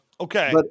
Okay